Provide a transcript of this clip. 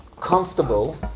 comfortable